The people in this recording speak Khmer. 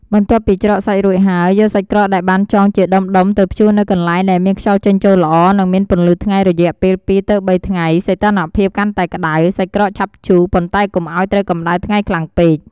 បន្ទាប់ពីច្រកសាច់រួចហើយ យកសាច់ក្រកដែលបានចងជាដុំៗ ទៅព្យួរនៅកន្លែងដែលមានខ្យល់ចេញចូលល្អ និងមានពន្លឺថ្ងៃ រយៈពេល ២ ទៅ ៣ ថ្ងៃ សីតុណ្ហភាពកាន់តែក្ដៅ សាច់ក្រកឆាប់ជូរ ប៉ុន្តែកុំឱ្យត្រូវកម្ដៅថ្ងៃខ្លាំងពេក។